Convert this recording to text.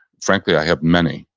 frankly, i have many.